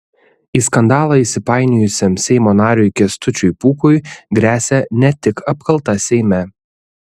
į skandalą įsipainiojusiam seimo nariui kęstučiui pūkui gresia ne tik apkalta seime